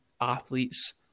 athletes